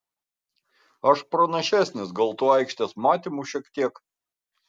aš pranašesnis gal tuo aikštės matymu šiek tiek